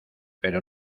pero